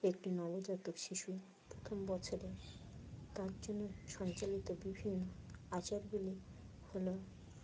একটি নবজাতক শিশু প্রথম বছরে তার জন্য সঞ্চালিত বিভিন্ন আচারগুলি হলো